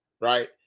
right